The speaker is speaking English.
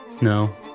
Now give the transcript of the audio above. No